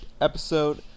episode